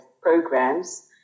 programs